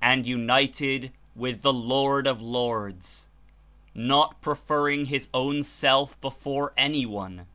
and united with the lord of lords not preferring his own self before anyone,